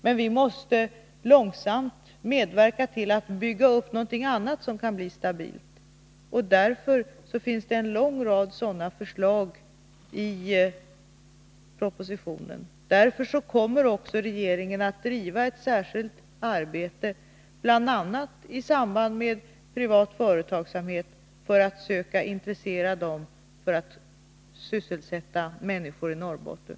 Men vi måste långsamt medverka till att bygga upp någonting annat som kan bli stabilt. Av den anledningen finns det en lång rad förslag i propositionen. Därför kommer också regeringen att göra särskilda ansträngningar. Bl. a. kommer den att försöka intressera privat företagsamhet för att sysselsätta människor i Norrbotten.